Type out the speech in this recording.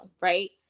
right